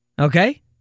Okay